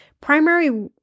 primary